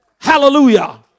Hallelujah